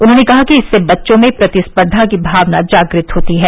उन्होंने कहा कि इससे बच्चों में प्रतिस्पर्वा की भावना जागृत होती है